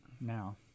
now